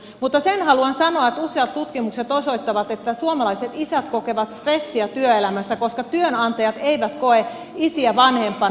mutta sen haluan sanoa että useat tutkimukset osoittavat että suomalaiset isät kokevat stressiä työelämässä koska työnantajat eivät koe isiä vanhempana